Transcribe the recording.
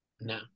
No